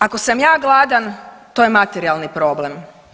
Ako sam ja gladan to je materijalan problem.